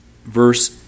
verse